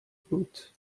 boot